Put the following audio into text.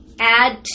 add